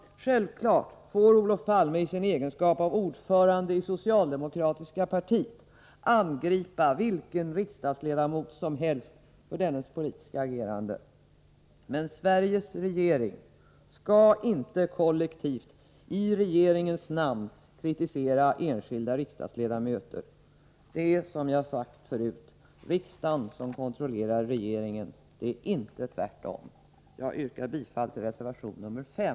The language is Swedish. Självklart får Olof Palme i sin egenskap av ordförande i socialdemokratiska partiet angripa vilken riksdagsledamot som helst för dennes politiska agerande. Men Sveriges regering skall inte kollektivt i regeringens namn kritisera enskilda riksdagsledamöter. Det är, som jag sade, riksdagen som kontrollerar regeringen — inte tvärtom. Fru talman! Jag yrkar bifall till reservation 5.